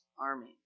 army